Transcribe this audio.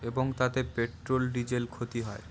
এবং তাতে petrol diesel ক্ষতি হয়